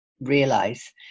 realize